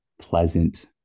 pleasant